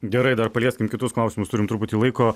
gerai dar palieskim kitus klausimus turim truputį laiko